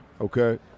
okay